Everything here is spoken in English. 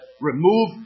remove